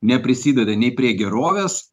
neprisideda nei prie gerovės